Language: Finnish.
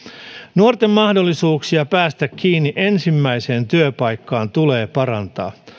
nuorten mahdollisuuksia päästä kiinni ensimmäiseen työpaikkaan tulee parantaa